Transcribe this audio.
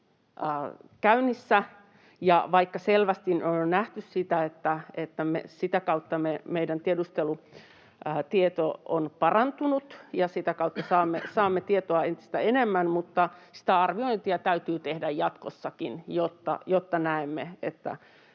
käynnissä, ja vaikka selvästi on nähty se, että sitä kautta meidän tiedustelutieto on parantunut ja sitä kautta saamme tietoa entistä enemmän, niin sitä arviointia täytyy tehdä jatkossakin, jotta näemme,